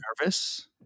nervous